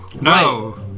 No